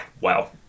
Wow